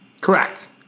Correct